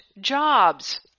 jobs